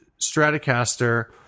Stratocaster